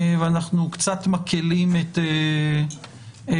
ואנחנו קצת מקילים את ההגבלות.